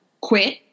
quit